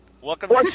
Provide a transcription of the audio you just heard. welcome